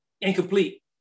incomplete